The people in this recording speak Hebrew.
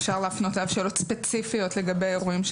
אפשר להפנות אליו שאלות ספציפיות לגבי אירועים שקרו.